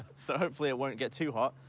so hopefully it won't get too hot.